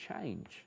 change